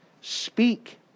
speak